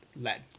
let